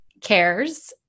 cares